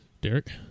Derek